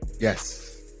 Yes